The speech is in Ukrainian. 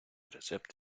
рецепт